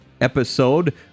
episode